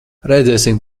redzēsim